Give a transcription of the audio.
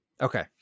Okay